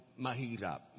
mahirap